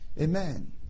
Amen